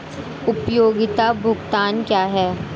उपयोगिता भुगतान क्या हैं?